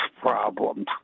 problems